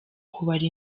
kubara